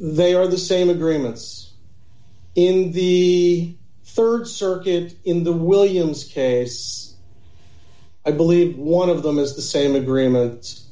they are the same agreements in the rd circuit in the williams case i believe one of them is the same agreements